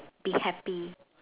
be happy